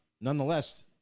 nonetheless